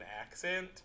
accent